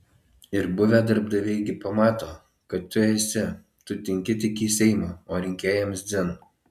ir buvę darbdaviai gi pamato kad tu esi tu tinki tik į seimą o rinkėjams dzin